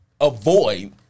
avoid